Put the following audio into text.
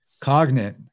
Cognate